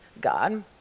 God